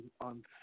on